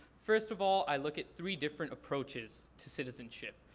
first of all i look at three different approaches to citizenship.